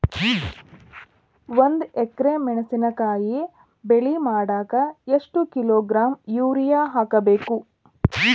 ಒಂದ್ ಎಕರೆ ಮೆಣಸಿನಕಾಯಿ ಬೆಳಿ ಮಾಡಾಕ ಎಷ್ಟ ಕಿಲೋಗ್ರಾಂ ಯೂರಿಯಾ ಹಾಕ್ಬೇಕು?